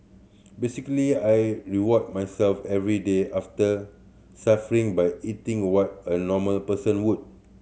basically I reward myself every day after suffering by eating what a normal person would